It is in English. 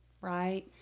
Right